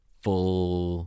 full